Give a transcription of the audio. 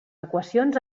equacions